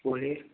بولیے